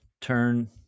turn